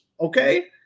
okay